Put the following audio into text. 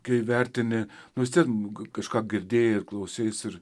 kai vertini nu vis tiek kažką girdėjai ir klauseisi ir